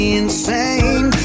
insane